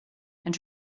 and